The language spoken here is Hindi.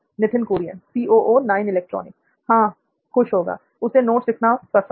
नित्थिन कुरियन हां खुश होगा उसे नोट्स लिखना पसंद है